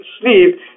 sleep